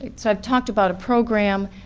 so i've talked about a program,